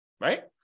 right